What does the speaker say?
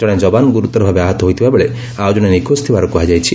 ଜଣେ ଜବାନ ଗୁରୁତର ଭାବେ ଆହତ ହୋଇଥିବା ବେଳେ ଆଉଜଣେ ନିଖୋଜ ଥିବାର କୁହାଯାଇଛି